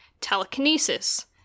telekinesis